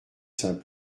saint